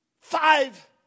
five